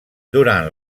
durant